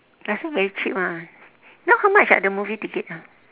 last time very cheap ah now how much ah the movie ticket ah